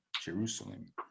jerusalem